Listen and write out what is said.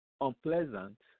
unpleasant